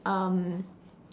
um